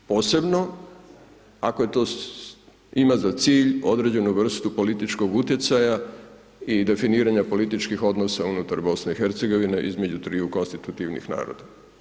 Posebno, ako je to ima za cilj određenu vrstu političkog uticanja i definiranje političkih odnosa unutar BIH između 3 konstitutivnih naroda.